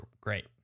great